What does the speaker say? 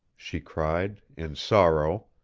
she cried, in sorrow.